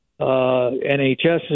NHS